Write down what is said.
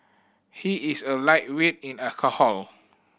he is a lightweight in alcohol